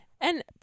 and-